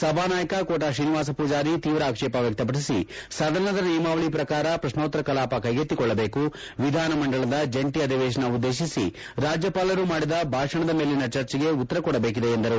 ಸಭಾನಾಯಕ ಕೋಟಾ ಶ್ರೀನಿವಾಸ ಪೂಜಾರಿ ತೀವ್ರ ಆಕ್ಷೇಪ ವ್ಯಕ್ತಪಡಿಸಿ ಸದನದ ನಿಯಮಾವಳಿ ಪ್ರಕಾರ ಪ್ರಶ್ನೋತ್ತರ ಕಲಾಪ ಕೈಗೆಕ್ತಿಕೊಳ್ಳಬೇಕು ವಿಧಾನಮಂಡಲದ ಜಂಟಿ ಅಧಿವೇಶನ ಉದ್ದೇಶಿಸಿ ರಾಜ್ಕಪಾಲರು ಮಾಡಿದ ಭಾಷಣದ ಮೇಲಿನ ಚರ್ಚೆಗೆ ಉತ್ತರ ಕೊಡಬೇಕಿದೆ ಎಂದರು